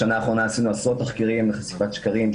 בשנה האחרונה עשינו עשרות תחקירים על שפת שקרים,